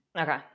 Okay